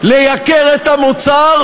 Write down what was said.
לייקר את המוצר,